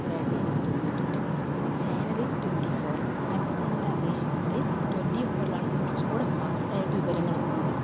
പത്രമായിട്ട് എനിക്ക് തോന്നിയിട്ടുണ്ട് പിന്നെ ചാനൽ ട്വന്റി ഫോർ മറ്റ് ചാനലിനെ അപേക്ഷിച്ചിട്ട് ട്വന്റി ഫോറിലാണ് കുറച്ചുകൂടെ ഫാസ്റ്റായിട്ട് വിവരങ്ങൾ എത്തുന്നത്